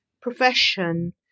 profession